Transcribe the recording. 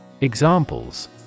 Examples